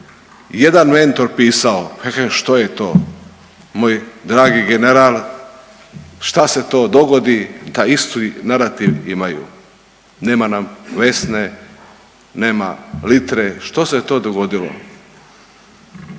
jedan mentor pisao, ja kažem što je to, moj dragi general šta se to dogodi da isti narativ imaju, nema nam Vesne, nema Litre, što se to dogodilo?